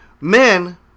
men